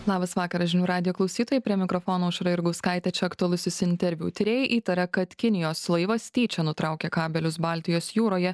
labas vakaras žinių radijo klausytojai prie mikrofono aušra jurgauskaitė čia aktualusis interviu tyrėjai įtaria kad kinijos laivas tyčia nutraukė kabelius baltijos jūroje